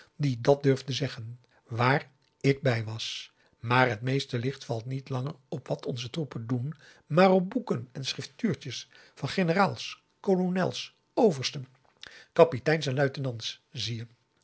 die dat durfde zeggen waar ik bij was maar het meeste licht valt niet langer op wat onze troepen doen maar op boeken en schriftuurtjes van generaals kolonels oversten kapiteins en luitenants zie je